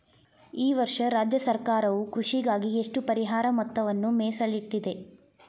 ಈ ವರ್ಷ ರಾಜ್ಯ ಸರ್ಕಾರವು ಕೃಷಿಗಾಗಿ ಎಷ್ಟು ಪರಿಹಾರ ಮೊತ್ತವನ್ನು ಮೇಸಲಿಟ್ಟಿದೆ?